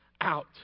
out